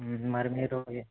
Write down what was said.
మరి మీరు